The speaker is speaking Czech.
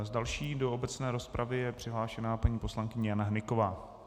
Další do obecné rozpravy je přihlášená paní poslankyně Jana Hnyková.